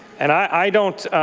and i don't